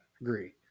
agree